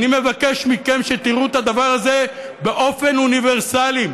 אני מבקש מכם שתראו את הדבר הזה באופן אוניברסלי: